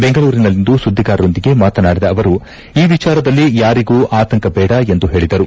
ಬೆಂಗಳೂರಿನಲ್ಲಿಂದು ಸುದ್ದಿಗಾರರೊಂದಿಗೆ ಮಾತನಾಡಿದ ಅವರು ಈ ವಿಚಾರದಲ್ಲಿ ಯಾರಿಗೂ ಆತಂಕ ಬೇಡ ಎಂದು ಹೇಳದರು